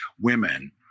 women